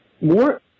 more